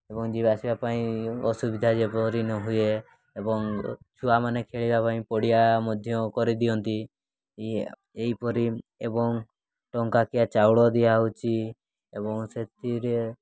ଏବଂ ଯିବା ଆସିବା ପାଇଁ ଅସୁବିଧା ଯେପରି ନ ହୁଏ ଏବଂ ଛୁଆମାନେ ଖେଳିବା ପାଇଁ ପଡ଼ିଆ ମଧ୍ୟ କରିଦିଅନ୍ତି ଏହିପରି ଏବଂ ଟଙ୍କିକିଆ ଚାଉଳ ଦିଆହେଉଛି ଏବଂ ସେଥିରେ